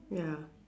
ya